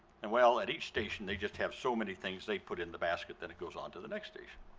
and well, at each station they just have so many things they can put in the basket, then it goes on to the next station.